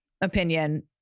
opinion